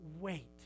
wait